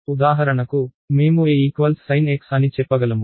ఉదాహరణకు మేము a equals sinasin అని చెప్పగలము